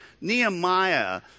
Nehemiah